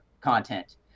content